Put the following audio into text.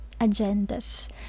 agendas